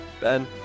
Ben